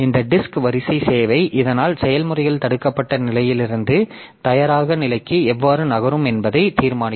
இந்த டிஸ்க் வரிசை சேவை இதனால் செயல்முறைகள் தடுக்கப்பட்ட நிலையிலிருந்து தயாராக நிலைக்கு எவ்வாறு நகரும் என்பதையும் தீர்மானிக்கும்